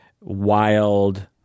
wild